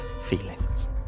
feelings